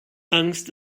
angst